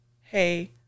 hey